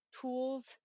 tools